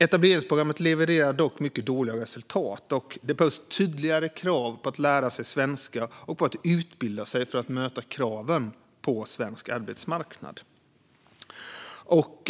Etableringsprogrammet levererar dock mycket dåliga resultat. Det behövs tydligare krav på att lära sig svenska och på att utbilda sig för att möta kraven på svensk arbetsmarknad.